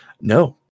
no